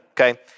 okay